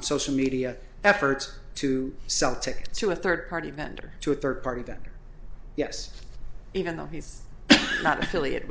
social media efforts to sell tickets to a third party vendor to a third party that yes even though he's not affiliated